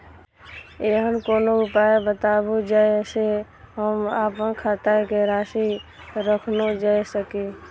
ऐहन कोनो उपाय बताबु जै से हम आपन खाता के राशी कखनो जै सकी?